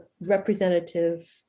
representative